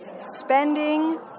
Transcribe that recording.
spending